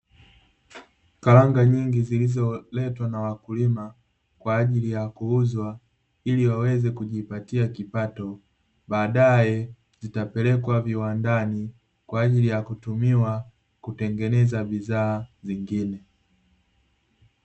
Karanga nyingi zilizoletwa na wakulima kwa ajili ya kuuzwa, ili waweze kujipatia kipato. Baadae zitapelekwa viwandani kwa ajili ya kutumiwa kutengenezwa bidhaa zingine.